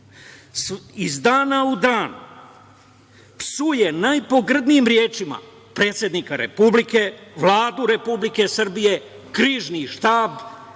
iz dana u dan psuje najpogrdnijim rečima predsednika Republike, Vladu Republike Srbije, Krizni štab